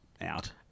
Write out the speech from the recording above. out